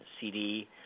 CD